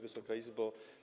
Wysoka Izbo!